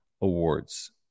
awards